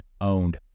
owned